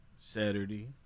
Saturday